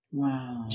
wow